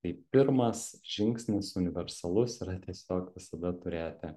tai pirmas žingsnis universalus yra tiesiog visada turėti